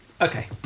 Okay